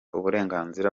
uburenganzira